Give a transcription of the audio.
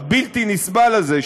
הבלתי-נסבל הזה,